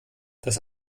das